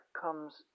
comes